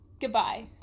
Goodbye